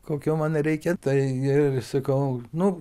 kokio man reikia taigi sakau nu